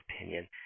opinion